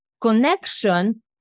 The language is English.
connection